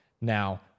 Now